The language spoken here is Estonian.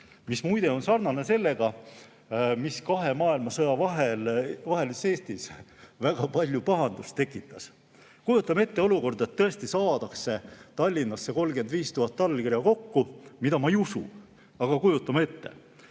mis muide on sarnane sellega, mis kahe maailmasõja vahelises Eestis väga palju pahandust tekitas. Kujutame ette olukorda, et tõesti saadakse Tallinnas kokku 35 000 allkirja, mida ma ei usu, aga kujutame ette.